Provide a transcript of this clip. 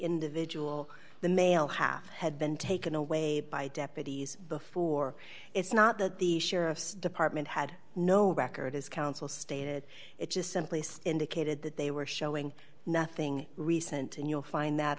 individual the male half had been taken away by deputies before it's not that the sheriff's department had no record as counsel stated it just simply stay indicated that they were showing nothing recent and you'll find that